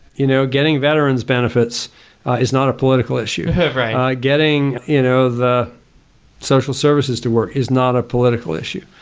you know, getting veteran's benefits is not a political issue right getting you know the social services to work is not a political issue.